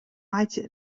meitsje